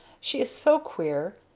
she is so queer!